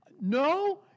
No